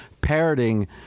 parroting